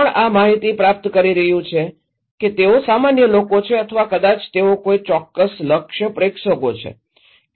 કોણ આ માહિતી પ્રાપ્ત કરી રહ્યું છે કે તેઓ સામાન્ય લોકો છે અથવા કદાચ તેઓ કોઈ ચોક્કસ લક્ષ્ય પ્રેક્ષકો છે